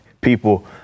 people